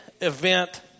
event